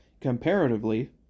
comparatively